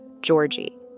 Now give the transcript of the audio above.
georgie